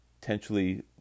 potentially